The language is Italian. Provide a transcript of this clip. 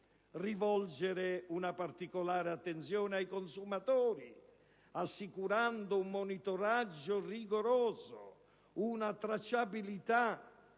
rivolgere una particolare attenzione ai consumatori, assicurando un monitoraggio rigoroso, una tracciabilità